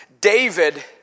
David